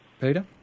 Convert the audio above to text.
Peter